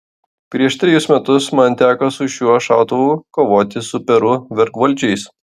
prieš trejus metus man teko su šiuo šautuvu kovoti su peru vergvaldžiais